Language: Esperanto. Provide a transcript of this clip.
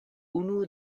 unu